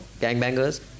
gangbangers